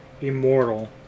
Immortal